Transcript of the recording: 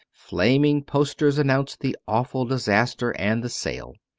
flaming posters announced the awful disaster and the sale.